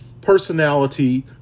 personality